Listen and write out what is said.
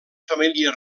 família